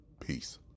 Peace